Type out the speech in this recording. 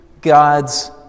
God's